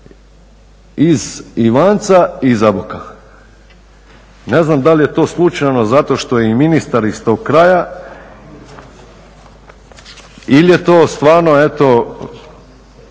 iz Ivanca i Zaboka. Ne znam da li je to slučajno zato što je i ministar iz tog kraja ili je to stvarno eto